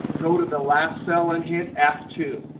go to the last cell and hit f two.